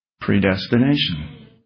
Predestination